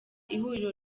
ihuriro